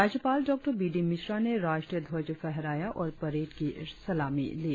राज्यपाल Dr B D Mishra ने राष्ट्रीय ध्वज फहराया और परेड की सलामी ली